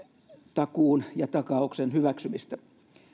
takuun ja takauksen hyväksymistä